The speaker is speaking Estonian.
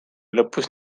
lõpus